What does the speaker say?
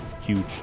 Huge